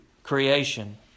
Creation